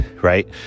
right